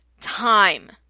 time